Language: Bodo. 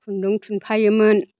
खुन्दुं थुनफायोमोन